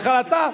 בכלל אתה,